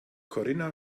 corinna